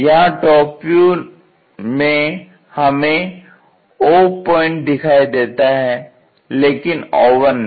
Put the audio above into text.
यहां top view ने हमें o पॉइंट दिखाई देता है लेकिन o1 नहीं